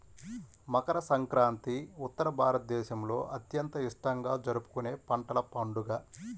మకర సంక్రాంతి ఉత్తర భారతదేశంలో అత్యంత ఇష్టంగా జరుపుకునే పంటల పండుగ